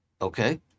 Okay